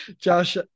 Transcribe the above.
Josh